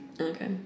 Okay